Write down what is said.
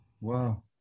Wow